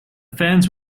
fence